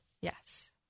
Yes